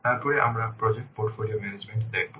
তারপরে আমরা project portfolio management দেখব